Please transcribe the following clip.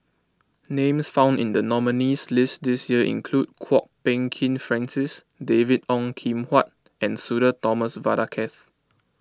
names found in the nominees' list this year include Kwok Peng Kin Francis David Ong Kim Huat and Sudhir Thomas Vadaketh